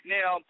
Now